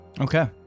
okay